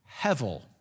hevel